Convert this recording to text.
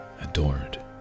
adored